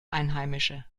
einheimische